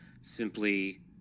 simply